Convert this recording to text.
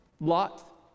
Lot